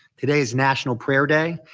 today's national prayer day.